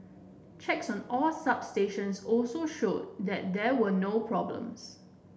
checks on all substations also showed that there were no problems